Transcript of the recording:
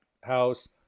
house